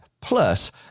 Plus